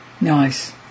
Nice